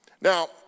Now